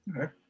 Okay